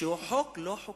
חוק לא חוקתי.